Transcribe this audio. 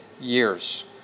years